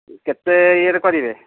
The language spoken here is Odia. କେତେ ଇଏରେ କରିବେ